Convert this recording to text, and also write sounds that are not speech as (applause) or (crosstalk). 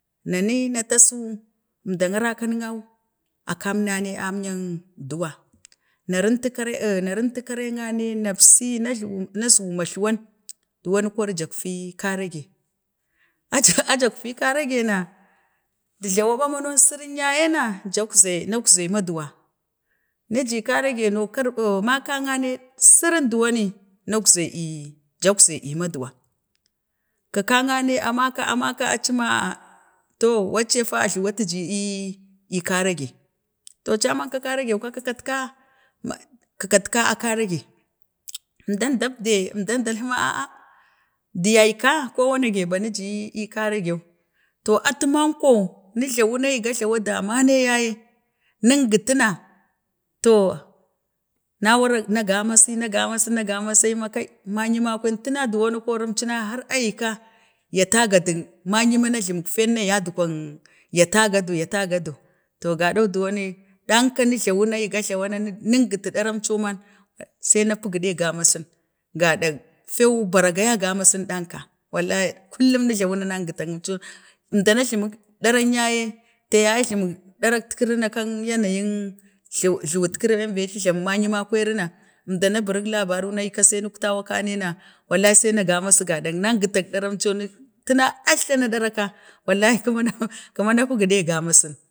na ni na tasau əndang arakanina wu, a kammanai am yan duwa, na vinau kare, na rintu karenyayane, nabsi, na zuwu, na zuwu majluwan, duwan kori jakfi karage, aje ajakfi karafe na dujlaba ma iwan sirin yaye na jak zai, nak zai ee maduwam, ni je karege no karvo, or makannyuw sirin duwoni nak zai ce jak zai ce maduwa, kəkannyane a maka, a maka aci ma a a, to wacee fa a gluwi atu ji ii "karage, to caman, ka karajeu kəkutka, kəkatka ma a karaje, əmdan dabde, əmdam dalhi ma aa, di yayka ko wanage ba ni ji karagewu, to atu menko, ni jlawu, ni gajlawu dama yaye nungətuna to, na warak, na gamasi, na gamasi, na gamasi, ai ma kai mayimakwai tuna duma ko har cika, ya ta gadu mayin a jlamik fan na yatgwan, ya tagadu, ya tagadu to gaɗau dowan ne ɗaka, nun jlawuna gajlawak na, nungun ɗaran co ni se na pugi ɗa gamasi, ga ɗak feu ba la gaya gamasin ɗanka, wallal kullun nun jlawuna nangutan əmehau danka əmdana jlamik daran yaye ti ya ye a jlamik ɗaratkiri kak jlamikiri kak yanayik yadda be ai jlama mayuma kwari na əmda na buruk labarik na aika se nuk tawau ka ni na wallahi se majasi gaɗak nangitak ɗaram co ni tina ɗaya ba wallah (laughs) kama na puge gamasin.